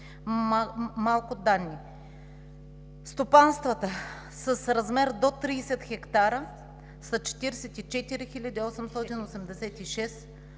Малко данни. Стопанствата с размер до 30 хектара са 44 886, което